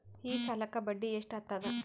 ಈ ಸಾಲಕ್ಕ ಬಡ್ಡಿ ಎಷ್ಟ ಹತ್ತದ?